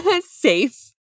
safe